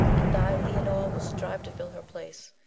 and thy leonore will strive to fill her place.